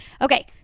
Okay